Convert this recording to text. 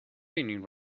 raining